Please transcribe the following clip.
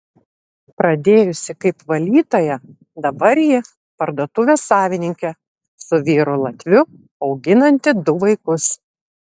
pradėjusi kaip valytoja dabar ji parduotuvės savininkė su vyru latviu auginanti du vaikus